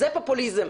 זה פופוליזם.